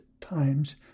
times